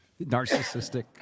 Narcissistic